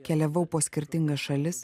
keliavau po skirtingas šalis